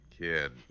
Kid